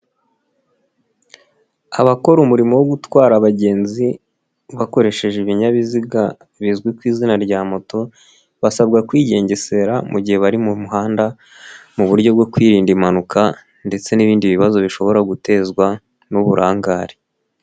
Abakora umurimo wo gutwara abagenzi bakoresheje ibinyabiziga bizwi ku izina rya moto basabwa kwigengesera mu gihe bari mu muhanda mu buryo bwo kwirinda impanuka ndetse n'ibindi bibazo bishobora gutezwa n'uburangare.